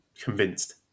convinced